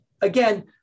again